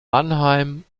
mannheim